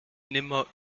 nimmer